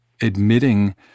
admitting